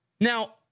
Now